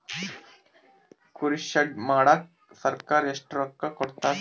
ಕುರಿ ಶೆಡ್ ಮಾಡಕ ಸರ್ಕಾರ ಎಷ್ಟು ರೊಕ್ಕ ಕೊಡ್ತಾರ?